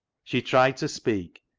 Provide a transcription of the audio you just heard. she tried to speak,